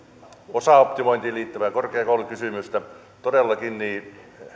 osaoptimointiin liittyvää korkeakoulukysymystä todellakin